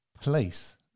place